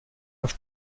das